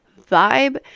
vibe